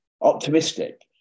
optimistic